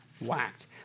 whacked